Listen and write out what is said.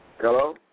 Hello